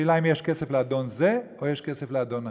השאלה אם יש כסף לאדון זה או יש כסף לאדון אחר.